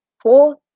four